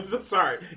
Sorry